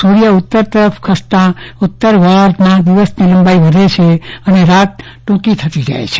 સૂર્ય ઉત્તર તરફ ખસતા ઉત્તર ગોળાર્ધમાં દિવસની લંબાઈ વધે છે અને રાત ટૂંકી થઈ જાય છે